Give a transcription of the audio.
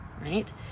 right